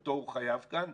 שאותו הוא חייב כאן,